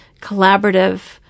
collaborative